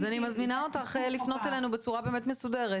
אז אני מזמינה אותך לפנות אלינו בצורה באמת מסודרת.